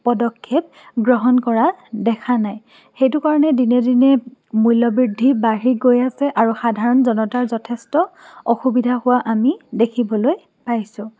পদক্ষেপ গ্ৰহণ কৰা দেখা নাই সেইটো কাৰণে দিনে দিনে মূল্যবৃদ্ধি বাঢ়ি গৈ আছে আৰু সাধাৰণ জনতাৰ যথেষ্ট অসুবিধা হোৱা আমি দেখিবলৈ পাইছোঁ